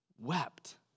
wept